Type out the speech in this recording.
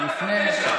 מה עשית,